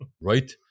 right